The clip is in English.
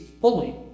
fully